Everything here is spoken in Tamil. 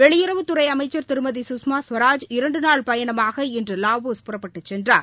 வெளியுறவுத்துறைஅமைச்சர் திருமதி சுஷ்மா ஸ்வராஜ் இரண்டுநாள் பணமாகஇன்றுலாவோஸ் புறப்பட்டுச் சென்றார்